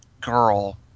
girl